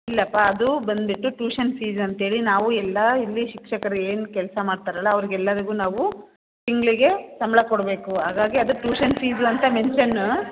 ಇಲ್ಲಪ್ಪ ಅದು ಬಂದುಬಿಟ್ಟು ಟ್ಯೂಷನ್ ಫೀಸ್ ಅಂತೇಳಿ ನಾವು ಎಲ್ಲ ಇಲ್ಲಿ ಶಿಕ್ಷಕರು ಏನು ಕೆಲಸ ಮಾಡ್ತಾರಲ್ಲ ಅವ್ರ್ಗೆಲ್ಲರಿಗೂ ನಾವು ತಿಂಗಳಿಗೆ ಸಂಬಳ ಕೊಡಬೇಕು ಹಾಗಾಗಿ ಅದು ಟ್ಯೂಷನ್ ಫೀಸ್ ಅಂತ ಮೆನ್ಷನ್